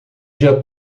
dia